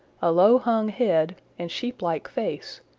a low-hung head and sheeplike face,